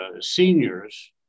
seniors